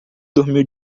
dormiu